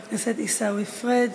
חבר הכנסת עיסאווי פריג'